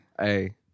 Hey